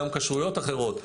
גם כשרויות אחרות.